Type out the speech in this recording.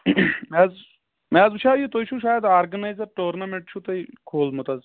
مےٚ حظ مےٚ حظ وٕچھو یہِ تُہۍ چھِو شایَد آرگنایزر ٹورنمنٹ چھُو تۄہہ کھوٗلمُت حظ